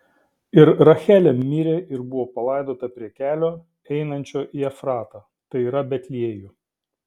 ir rachelė mirė ir buvo palaidota prie kelio einančio į efratą tai yra betliejų